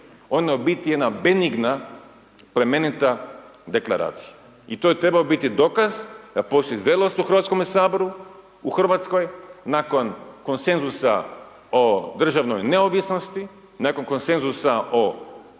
Ona je u biti jedna benigna, plemenita Deklaracija, i to je trebao biti dokaz da postoji zrelost u Hrvatskome saboru, u Hrvatskoj, nakon konsenzusa o državnoj neovisnosti, nakon konsenzusa o